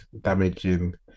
damaging